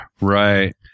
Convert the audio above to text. right